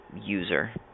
user